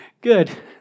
good